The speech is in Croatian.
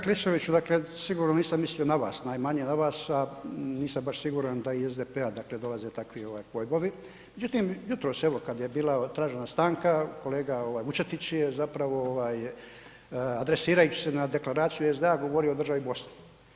Kolega Klisoviću dakle sigurno nisam mislio na vas, najmanje na vas, a nisam baš siguran da iz SDP-a dolaze dakle dolaze takvi pojmovi, međutim jutros evo kad je bila tražena stanka kolega Vučetić je zapravo ovaj adresirajući se na Deklaraciju SDA govorio o državi Bosni.